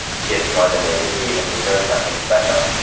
gives more than they receive and deserves something special.